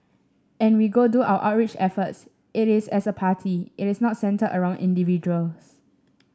and we go do our outreach efforts it is as a party it is not centred around individuals